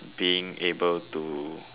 being able to